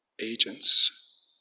agents